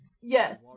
yes